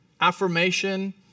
affirmation